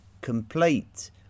complete